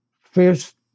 first